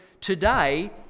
today